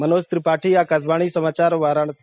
मनोज त्रिपाठी आकाशवाणी समाचार वाराणसी